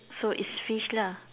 so it's fish lah